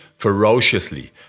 ferociously